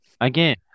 Again